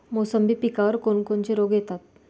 मोसंबी पिकावर कोन कोनचे रोग येतात?